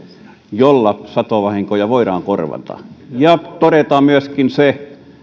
jolla satovahinkoja voidaan korvata ja todetaan myöskin se